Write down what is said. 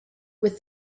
with